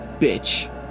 bitch